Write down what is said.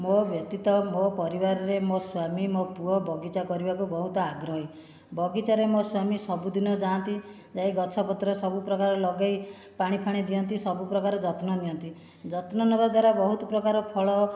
ମୋ' ବ୍ୟତୀତ ମୋ' ପରିବାରରେ ମୋ' ସ୍ୱାମୀ ମୋ' ପୁଅ ବଗିଚା କରିବାକୁ ବହୁତ ଆଗ୍ରହୀ ବଗିଚାରେ ମୋ' ସ୍ୱାମୀ ସବୁଦିନ ଯାଆନ୍ତି ଯାଇ ଗଛ ପତ୍ର ସବୁପ୍ରକାର ଲଗାଇ ପାଣି ଫାଣି ଦିଅନ୍ତି ସବୁ ପ୍ରକାର ଯତ୍ନ ନିଅନ୍ତି ଯତ୍ନ ନେବା ଦ୍ୱାରା ବହୁତ ପ୍ରକାର ଫଳ